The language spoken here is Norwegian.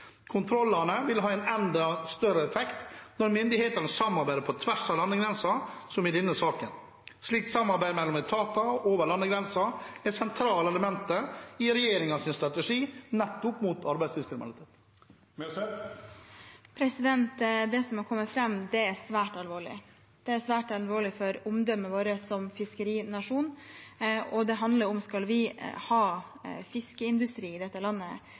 Kontrollene vil ha enda større effekt når myndighetene samarbeider på tvers av landegrenser, som i denne saken. Slikt samarbeid mellom etater og over landegrenser er sentrale elementer i regjeringens strategi mot arbeidslivskriminalitet. Det som har kommet fram, er svært alvorlig. Det er svært alvorlig for omdømmet vårt som fiskerinasjon. Det handler om at skal vi ha fiskeindustri i dette landet,